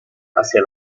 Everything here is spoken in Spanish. hacia